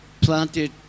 planted